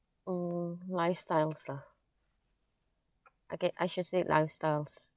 um lifestyles lah okay I should say lifestyles